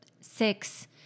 Six